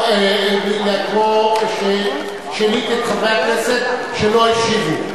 נא לקרוא שנית את שמות חברי הכנסת שלא השיבו.